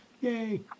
Yay